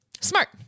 Smart